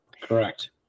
Correct